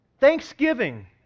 thanksgiving